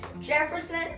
Jefferson